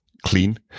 clean